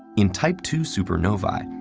in type two supernovae,